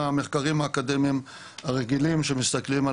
המחקרים האקדמיים הרגילים שמסתכלים על